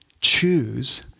choose